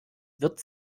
wird